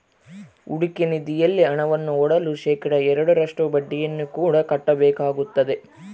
ಹೂಡಿಕೆ ನಿಧಿಯಲ್ಲಿ ಹಣವನ್ನು ಹೂಡಲು ಶೇಖಡಾ ಎರಡರಷ್ಟು ಬಡ್ಡಿಯನ್ನು ಕೂಡ ಕಟ್ಟಬೇಕಾಗುತ್ತದೆ